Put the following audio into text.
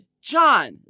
John